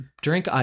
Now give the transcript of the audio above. Drink